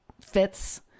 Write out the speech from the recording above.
fits